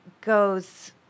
goes